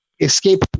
escape